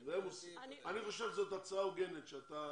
כן, אני חושב שזאת הצעה הוגנת, שאתה